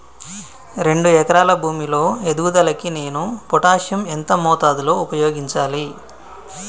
రెండు ఎకరాల భూమి లో ఎదుగుదలకి నేను పొటాషియం ఎంత మోతాదు లో ఉపయోగించాలి?